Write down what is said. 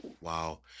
Wow